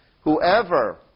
Whoever